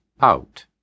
out